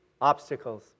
obstacles